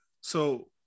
So-